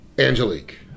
Angelique